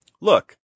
look